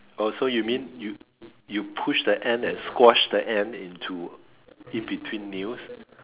oh so you mean you you push the ant and squash the ant into in between nails